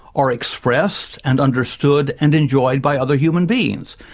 are expressed and understood and enjoyed by other human beings.